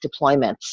deployments